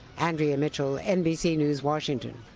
andrea mitchell, nbc news, washington.